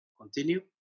Continue